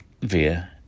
via